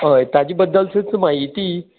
हय ताजे बद्दल तुमचे कडेन म्हायती